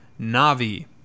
Na'vi